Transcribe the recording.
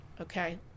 okay